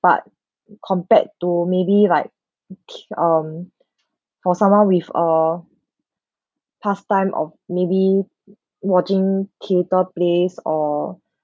but compared to maybe like um for someone with a pastime of maybe watching kilter plays or